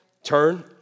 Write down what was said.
Turn